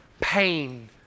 pain